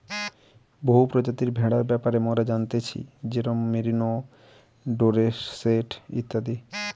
বহু প্রজাতির ভেড়ার ব্যাপারে মোরা জানতেছি যেরোম মেরিনো, ডোরসেট ইত্যাদি